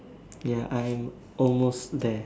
ya I am almost there